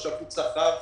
חשבות שכר,